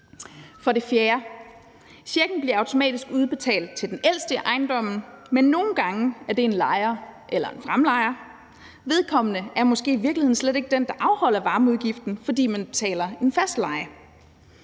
checken automatisk udbetalt til den ældste i ejendommen, men nogle gange er det en lejer eller en fremlejer. Vedkommende er måske i virkeligheden slet ikke den, der afholder varmeudgiften, fordi man betaler en fast leje.